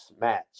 match